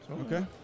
Okay